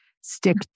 Stick